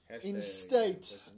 instate